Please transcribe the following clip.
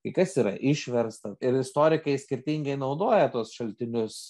kai kas yra išversta ir istorikai skirtingai naudoja tuos šaltinius